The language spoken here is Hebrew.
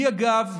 היא, אגב,